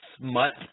smut